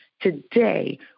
today